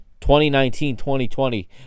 2019-2020